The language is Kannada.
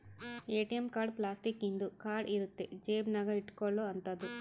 ಎ.ಟಿ.ಎಂ ಕಾರ್ಡ್ ಪ್ಲಾಸ್ಟಿಕ್ ಇಂದು ಕಾರ್ಡ್ ಇರುತ್ತ ಜೇಬ ನಾಗ ಇಟ್ಕೊಲೊ ಅಂತದು